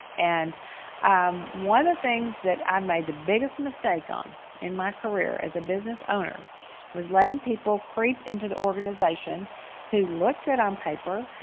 and um one of the things that i made the biggest mistake on in my career as a business owner was letting people creep into the organization who look good on paper,